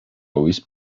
wisp